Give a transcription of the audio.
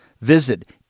Visit